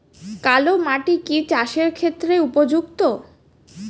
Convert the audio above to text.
কালো মাটি কি চাষের ক্ষেত্রে উপযুক্ত?